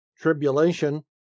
Tribulation